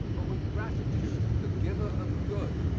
but with gratitude to the giver of good,